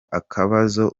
akabazo